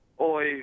oi